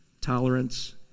tolerance